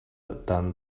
tant